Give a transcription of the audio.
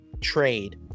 trade